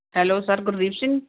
hello sir Gurdeep Singh